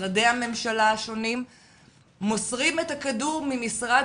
משרדי הממשלה השונים מוסרים את הכדור ממשרד